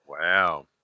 Wow